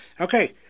Okay